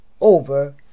over